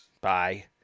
Bye